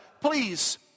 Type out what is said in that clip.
please